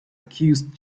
accused